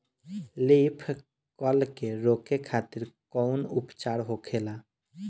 Leaf curl के रोके खातिर कउन उपचार होखेला?